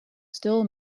still